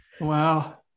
wow